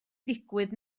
ddigwydd